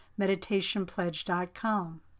meditationpledge.com